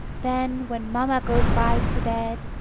then, when mamma goes by to bed,